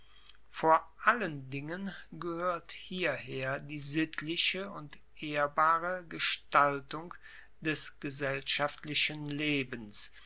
vor allen dingen gehoert hierher die sittliche und ehrbare gestaltung des gesellschaftlichen lebens